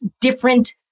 different